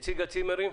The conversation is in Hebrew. נציג הצימרים